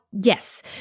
yes